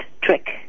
trick